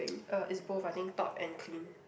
uh it's both I think top and clean